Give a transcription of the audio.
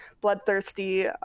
bloodthirsty